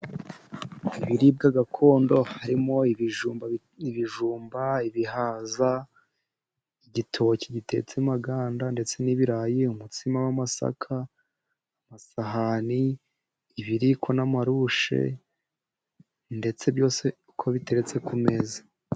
Mu biribwa gakondo harimo ibijumba, ibihaza, igitoki gitetse amaganda, ndetse n'ibirayi. Umutsima w'amasaka, amasahani, ibiriko n'amarushi ndetse byose uko biteretse ku meza.